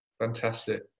Fantastic